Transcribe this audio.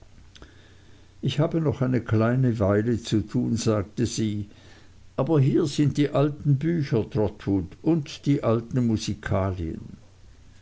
ich habe noch eine kleine weile zu tun sagte sie aber hier sind die alten bücher trotwood und die alten